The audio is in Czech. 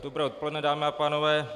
Dobré odpoledne, dámy a pánové.